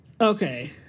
Okay